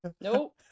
nope